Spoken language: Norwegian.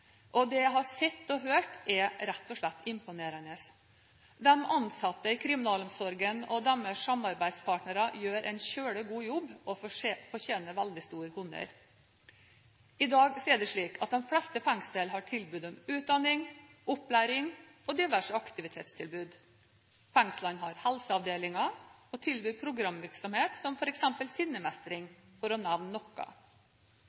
og deres samarbeidspartnere gjør en meget god jobb og fortjener veldig stor honnør. I dag er det slik at de fleste fengsel har tilbud om utdanning, opplæring og diverse aktivitetstilbud, fengslene har helseavdelinger og tilbyr programvirksomhet som